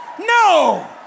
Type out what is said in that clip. No